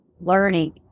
learning